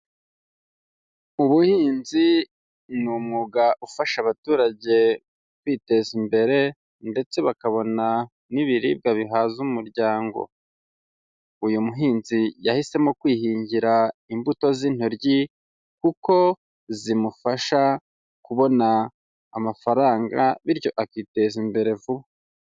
Ubuhinzi ni umwuga ufasha abaturage kwiteza imbere ndetse bakabona n'ibiribwa bihaza umuryango, uyu muhinzi yahisemo kwihingira imbuto z'intoryi kuko zimufasha kubona amafaranga bityo akiteza imbere vuba.